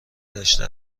داشته